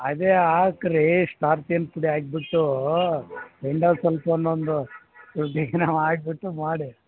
ಅದೇ ಹಾಕಿ ರೀ ಸ್ಟಾರ್ಚ್ ಏನು ಪುಡಿ ಹಾಕ್ಬಿಟ್ಟು ಎಂಡೋಸಲ್ಫಾನೊಂದು ಇದ್ರ ಜೊತೆನೆ ಹಾಕಿಬಿಟ್ಟು ಮಾಡಿ